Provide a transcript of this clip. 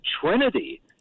trinity